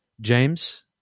James